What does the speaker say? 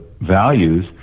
values